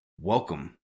Welcome